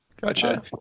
gotcha